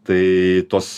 tai tos